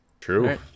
True